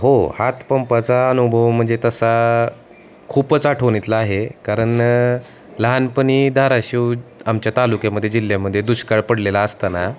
हो हातपंपाचा अनुभव म्हणजे तसा खूपच आठवणीतला आहे कारण लहानपणी धाराशिव आमच्या तालुक्यामध्ये जिल्ह्यामध्ये दुष्काळ पडलेला असताना